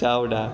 Chavda